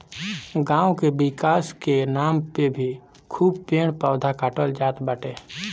गांव के विकास के नाम पे भी खूब पेड़ पौधा काटल जात बाटे